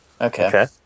Okay